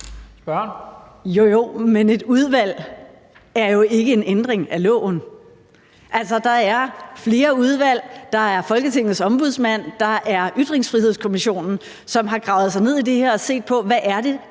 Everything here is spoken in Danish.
Jo jo, men et udvalg er jo ikke en ændring af loven. Altså, der er flere udvalg, der er Folketingets Ombudsmand, der er Ytringsfrihedskommissionen, som har gravet sig ned i det her og set på, hvad det